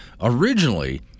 originally